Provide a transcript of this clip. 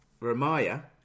Ramaya